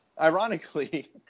ironically